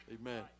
Amen